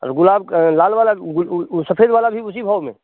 और गुलाब लाल वाला उ उ सफ़ेद वाला भी उसी भाव में